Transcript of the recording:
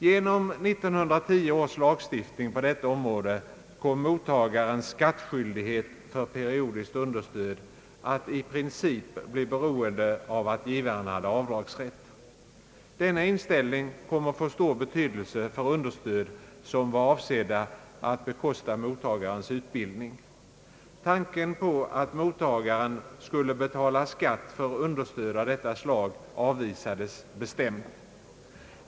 Genom 1910 års lagstiftning på detta område kom mottagarens skattskyldighet för periodiskt understöd att i princip bli beroende av att givaren hade avdragsrätt. Denna inställning kom att få stor betydelse för understöd, som var avsedda att bekosta mottagarens utbildning. Tanken på att mottagaren skulle betala skatt för understöd av detta slag avvisades bestämt.